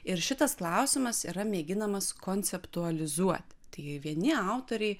ir šitas klausimas yra mėginamas konceptualizuoti tai vieni autoriai